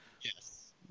Yes